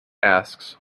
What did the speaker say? asks